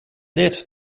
dit